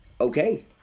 Okay